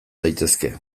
daitezke